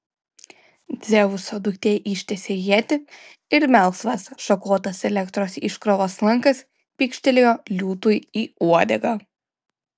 dzeuso duktė ištiesė ietį ir melsvas šakotas elektros iškrovos lankas pykštelėjo liūtui į uodegą